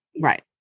right